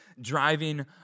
driving